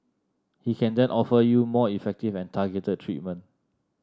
he can then offer you more effective and targeted treatment